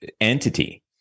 entity